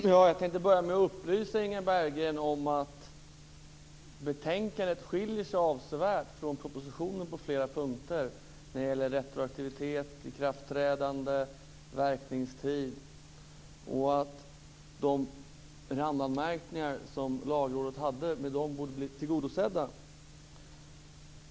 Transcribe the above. Fru talman! Jag tänkte börja med att upplysa Inga Berggren om att betänkandet på flera punkter avsevärt skiljer sig från propositionen när det gäller retroaktivitet, ikraftträdande, verkningstid och att de randanmärkningar som Lagrådet hade borde bli tillgodosedda.